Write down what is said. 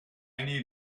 need